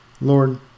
lord